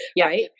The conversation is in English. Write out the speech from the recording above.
Right